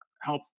help